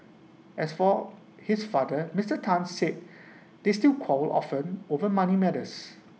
as for his father Mister Tan said they still quarrel often over money matters